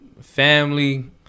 Family